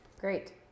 Great